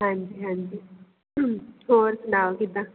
ਹਾਂਜੀ ਹਾਂਜੀ ਹੋਰ ਸੁਣਾਓ ਕਿੱਦਾਂ